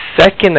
second